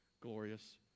glorious